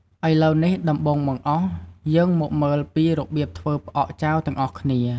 ឥឡូវនេះ ដំបូងបង្អស់ យើងមកមើលពីរបៀបធ្វើផ្អកចាវទាំងអស់គ្នា។